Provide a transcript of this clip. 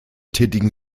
tätigen